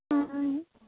ആ ആ